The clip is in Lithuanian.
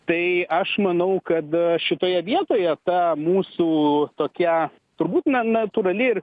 tai aš manau kad šitoje vietoje ta mūsų tokia turbūt na natūrali ir